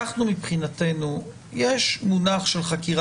שמבחינתה יש מונח של חקירה